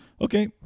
okay